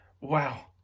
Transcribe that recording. wow